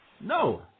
No